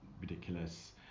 ridiculous